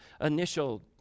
initial